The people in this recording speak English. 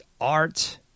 art